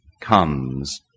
comes